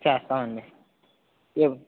చేస్తామండి